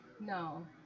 no